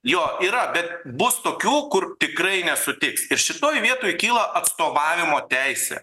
jo yra bet bus tokių kur tikrai nesutiks ir šitoj vietoj kyla atstovavimo teisė